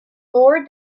more